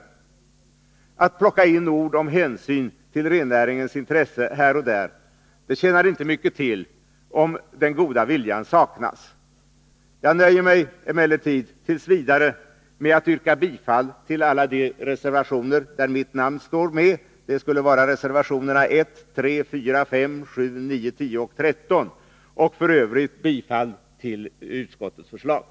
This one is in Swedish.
Att här och där plocka in ord om hänsyn till rennäringens intresse tjänar inte mycket till, om den goda viljan saknas. Jag nöjer mig t. v. med att yrka bifall till alla de reservationer där mitt namn är med, dvs. reservationerna 1, 3,4, 5, 7,9, 10 och 13. Jag yrkar i övrigt bifall till utskottets hemställan.